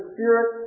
Spirit